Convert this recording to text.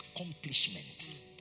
accomplishments